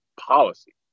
policy